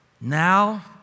now